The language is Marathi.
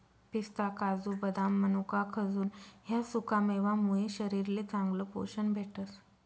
पिस्ता, काजू, बदाम, मनोका, खजूर ह्या सुकामेवा मुये शरीरले चांगलं पोशन भेटस